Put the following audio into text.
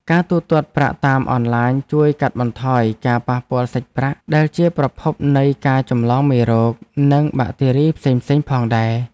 ការទូទាត់ប្រាក់តាមអនឡាញជួយកាត់បន្ថយការប៉ះពាល់សាច់ប្រាក់ដែលជាប្រភពនៃការចម្លងមេរោគនិងបាក់តេរីផ្សេងៗផងដែរ។